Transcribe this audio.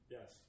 Yes